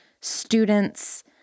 students